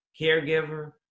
caregiver